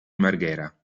marghera